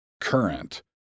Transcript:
current